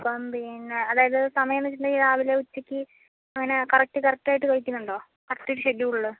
അപ്പോ പിന്നേ അതായത് സമയം വെച്ചിട്ടുണ്ടെങ്കിൽ രാവിലെ ഉച്ചയ്ക്ക് അങ്ങനെ കറക്റ്റ് കറക്റ്റ് ആയിട്ട് കഴിക്കുന്നുണ്ടോ കറക്റ്റ് ഷെഡ്യൂളില്